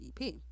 EP